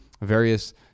various